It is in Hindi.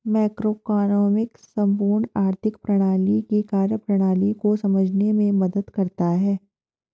मैक्रोइकॉनॉमिक्स संपूर्ण आर्थिक प्रणाली की कार्यप्रणाली को समझने में मदद करता है